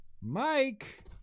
Mike